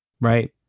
right